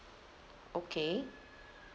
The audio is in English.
okay